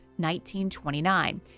1929